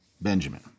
Benjamin